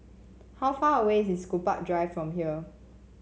how far away is Gombak Drive from here